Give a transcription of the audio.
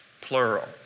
plural